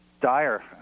dire